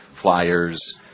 flyers